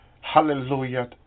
Hallelujah